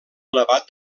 elevat